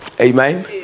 Amen